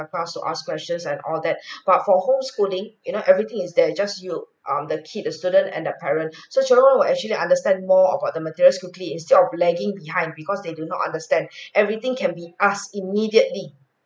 class to ask questions and all that but for home schooling you know everything is there just you um the kid the student and the parent such a role will actually understand more about the materials quickly instead of lagging behind because they do not understand everything can be asked immediately